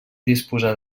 disposar